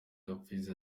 gapfizi